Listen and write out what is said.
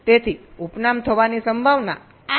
તેથી ઉપનામ થવાની સંભાવના આ દ્વારા વિભાજિત કરવામાં આવશે